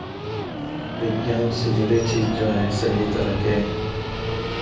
विज्ञान से जुड़े चीज़ जो हैं सभी तरह के